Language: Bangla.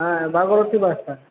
হ্যাঁ ভাগীরথী বাসটা